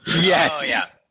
Yes